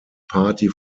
party